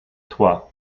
trois